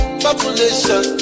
Population